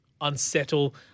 unsettle